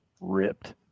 ripped